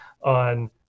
on